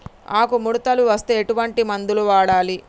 ఆకులు ముడతలు వస్తే ఎటువంటి మందులు వాడాలి?